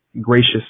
gracious